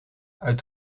uit